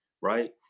right